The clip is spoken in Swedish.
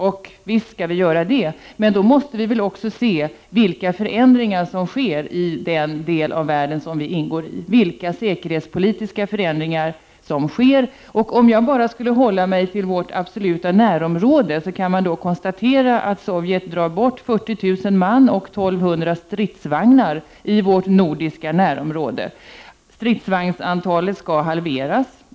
Visst, men då måste vi väl också se vilka säkerhetspolitiska förändringar som sker i den här världen? Om jag bara skall hålla mig till vårt absoluta närområde, kan jag konstatera att Sovjet drar bort 40 000 man och 1 200 stridsvagnar i vårt nordiska närområde. Stridsvagnsantalet skall halveras.